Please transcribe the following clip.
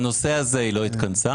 בנושא הזה היא לא התכנסה.